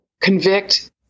convict